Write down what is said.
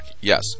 yes